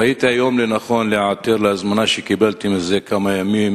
ראיתי היום לנכון להיעתר להזמנה שקיבלתי לפני כמה ימים